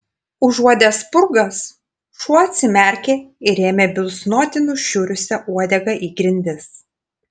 užuodęs spurgas šuo atsimerkė ir ėmė bilsnoti nušiurusia uodega į grindis